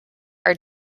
are